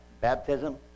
baptism